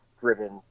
driven